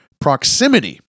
proximity